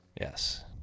Yes